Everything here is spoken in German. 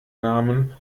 namen